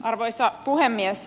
arvoisa puhemies